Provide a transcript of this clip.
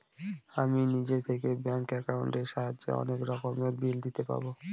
আমি নিজে থেকে ব্যাঙ্ক একাউন্টের সাহায্যে অনেক রকমের বিল দিতে পারবো